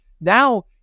Now